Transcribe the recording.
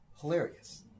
hilarious